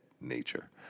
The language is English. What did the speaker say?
nature